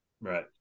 Right